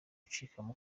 gucikamo